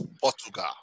Portugal